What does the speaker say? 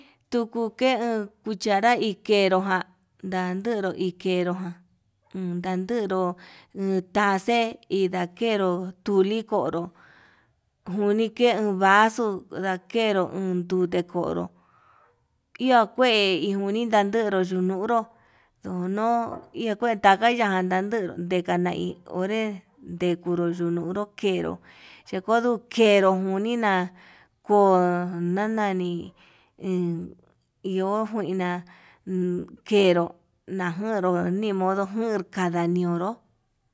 Tuke ke cuchara inn njenroján tanduru ikeru ján, uun ndandero uun taxe ilakenru tuli konró njuni ke vaxo ndakero uun tute konró, iha kue unidandero yunuru yuno kue tanga ya'á ndandero yukana hi onre ndekuru yunuruu, keduu yekoduu kenró unina ko'o ndanani en iho njuina uunkenro ndajeró nimodo jur kanda nionró.